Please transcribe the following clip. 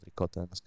ricotta